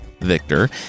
Victor